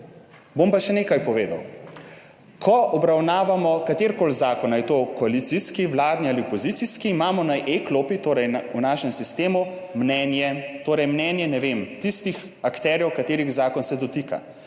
bom pa še nekaj povedal, ko obravnavamo katerikoli zakon ali je to koalicijski, vladni ali opozicijski, imamo na e-klopi, torej v našem sistemu, mnenje, torej mnenje, ne vem, tistih akterjev, katerih zakon se dotika.